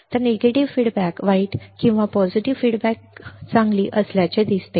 तर नकारात्मक प्रतिक्रिया वाईट आणि सकारात्मक प्रतिक्रिया चांगली असल्याचे दिसते